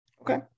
Okay